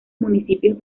municipios